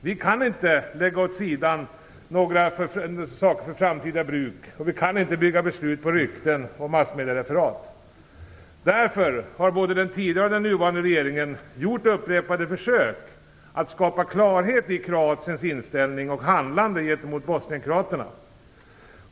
Vi kan inte lägga några saker åt sidan för framtida bruk, och vi kan inte bygga beslut på rykten och massmediereferat. Därför har både den tidigare och den nuvarande regeringen gjort upprepade försök att skapa klarhet i Kroatiens inställning och handlande gentemot bosnienkroaterna.